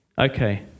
okay